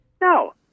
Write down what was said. No